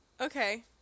Okay